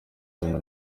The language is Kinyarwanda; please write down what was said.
ibintu